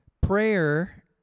prayer